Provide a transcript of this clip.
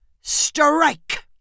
strike